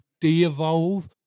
de-evolve